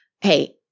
Hey